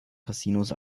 casinos